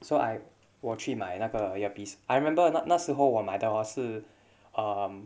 so I 我去买那个 earpiece I remember 那那时候我买的 hor 是 um